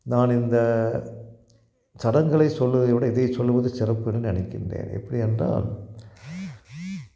நான் இந்த சடங்களை சொல்வதை விட இதை சொல்வது சிறப்புன்னு நினைக்கின்றேன் எப்படி என்றால்